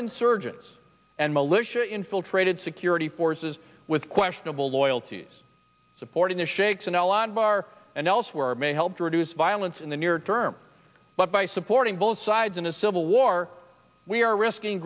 insurgents and militias infiltrated security forces with questionable loyalties supporting the shakes and bar and elsewhere may help to reduce violence in the near term but by supporting both sides in a civil war we are risking